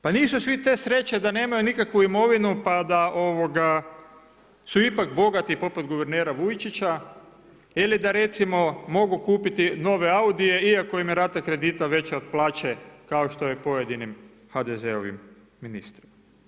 Pa nisu svi te sreće da nemaju nikakvu imovinu pa da su ipak bogati poput guvernera Vujčića ili da recimo, mogu kupiti nove audije iako im je rata kredita veća od plaće, kao što je pojedinima HDZ-ovim ministrima.